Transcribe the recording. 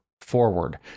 forward